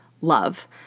Love